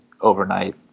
overnight